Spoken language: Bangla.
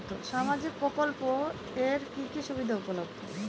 সামাজিক প্রকল্প এর কি কি সুবিধা উপলব্ধ?